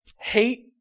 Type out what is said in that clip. hate